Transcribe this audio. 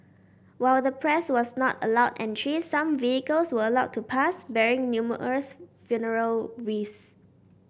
while the press was not allowed entry some vehicles were allowed to pass bearing numerous funeral wreaths